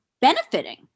benefiting